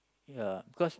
ya cause